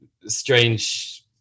strange